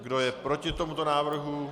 Kdo je proti tomuto návrhu?